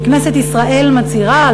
שכנסת ישראל מצהירה,